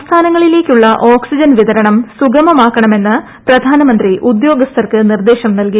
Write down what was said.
സംസ്ഥാന ങ്ങളിലേക്കുള്ള ഓക്സിജൻ വിതരണം സുഗമമാക്കണമെന്ന് പ്രധാ നമന്ത്രി ഉദ്യോഗസ്ഥർക്ക് നിർദ്ദേശം നൽകി